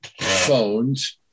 phones